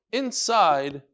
inside